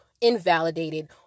invalidated